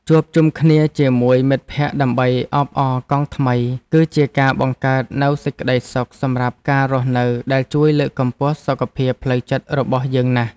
ជួបជុំគ្នាជាមួយមិត្តភក្តិដើម្បីអបអរកង់ថ្មីគឺជាការបង្កើតនូវសេចក្ដីសុខសម្រាប់ការរស់នៅដែលជួយលើកកម្ពស់សុខភាពផ្លូវចិត្តរបស់យើងណាស់។